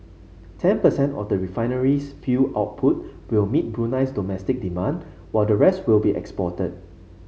ten percent of the refinery's fuel output will meet Brunei's domestic demand while the rest will be exported